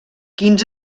quins